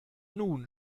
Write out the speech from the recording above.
nun